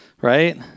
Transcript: right